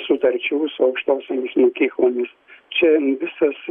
sutarčių su aukštosiomis mokyklomis čia visas